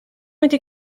wedi